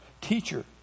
teacher